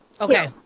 Okay